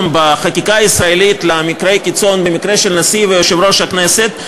בחקיקה הישראלית למקרי קיצון במקרה של נשיא ויושב-ראש הכנסת,